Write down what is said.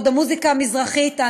בעוד המוזיקה המזרחית,